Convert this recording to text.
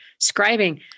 scribing